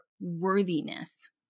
worthiness